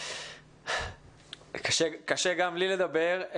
קשה גם לי לדבר.